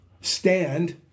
stand